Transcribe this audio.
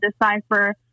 decipher